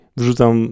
wrzucam